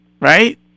Right